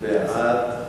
שתקבע ועדת